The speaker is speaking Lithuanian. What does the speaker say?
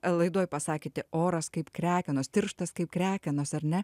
laidoj pasakėte oras kaip krekenos tirštas kaip krekenos ar ne